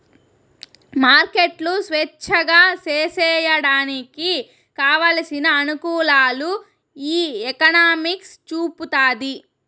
మార్కెట్లు స్వేచ్ఛగా సేసేయడానికి కావలసిన అనుకూలాలు ఈ ఎకనామిక్స్ చూపుతాది